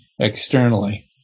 externally